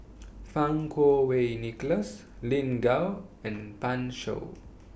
Fang Kuo Wei Nicholas Lin Gao and Pan Shou